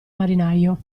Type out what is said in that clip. marinaio